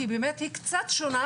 כי באמת היא קצת שונה.